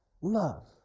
love